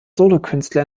solokünstler